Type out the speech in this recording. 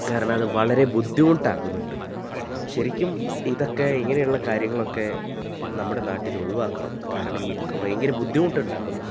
കാരണം അത് വളരെ ബുദ്ധിമുട്ടാകുന്നുണ്ട് ശരിക്കും ഇതൊക്കെ ഇങ്ങനെ ഉള്ള കാര്യങ്ങളൊക്കെ നമ്മുടെ നാട്ടിലൊഴിവാക്കണം കാരണം ഇതൊക്കെ ഭയങ്കര ബുദ്ധിമുട്ടുണ്ടാക്കുന്നുണ്ട്